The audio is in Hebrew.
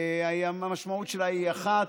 המשמעות שלה היא אחת: